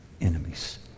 enemies